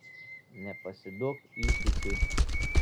nepasiduok įsiūčiui